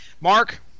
Mark